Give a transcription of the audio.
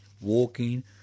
walking